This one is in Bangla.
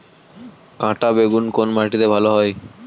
কাঁটা বেগুন কোন মাটিতে ভালো হয়?